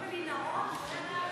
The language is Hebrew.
גם במנהרות לא ידענו,